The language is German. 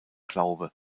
glaube